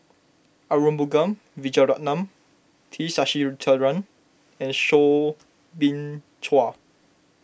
Arumugam Vijiaratnam T Sasitharan and Soo Bin Chua